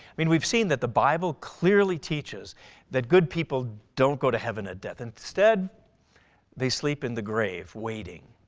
i mean we've seen that the bible clearly teaches that good people don't go to heaven at death. instead they sleep in the grave waiting.